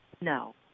No